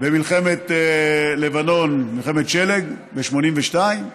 במלחמת לבנון, מלחמת של"ג ב-1982,